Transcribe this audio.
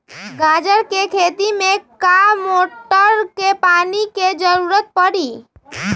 गाजर के खेती में का मोटर के पानी के ज़रूरत परी?